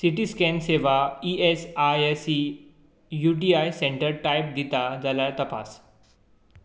सीटी scan सेवा E S I C U T I centre type दिता जाल्यार तपास